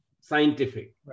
scientific